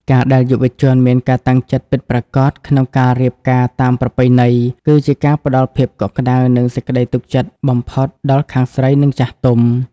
ការដែលយុវជន "មានការតាំងចិត្តពិតប្រាកដ" ក្នុងការរៀបការតាមប្រពៃណី គឺជាការផ្ដល់ភាពកក់ក្ដៅ និងសេចក្ដីទុកចិត្តបំផុតដល់ខាងស្រី និងចាស់ទុំ។